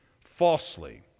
falsely